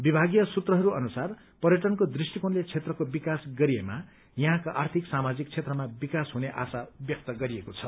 विभागीय सूत्रहरू अनुसार पर्यटनको दृष्टिकोणले क्षेत्रको विकास गरिएमा यहाँका आर्थिक सामाजिक क्षेत्रमा विकास हुने आशा व्यक्त गरिएको छ